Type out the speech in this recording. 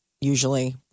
usually